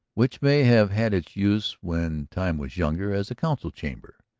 which may have had its use when time was younger as a council-chamber.